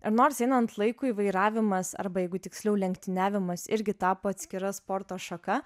ir nors einant laikui vairavimas arba jeigu tiksliau lenktyniavimas irgi tapo atskira sporto šaka